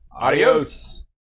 adios